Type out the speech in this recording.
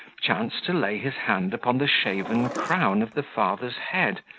chanced to lay his hand upon the shaven crown of the father's head,